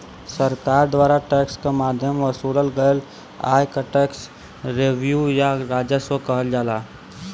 सरकार द्वारा टैक्स क माध्यम वसूलल गयल आय क टैक्स रेवेन्यू या राजस्व कहल जाला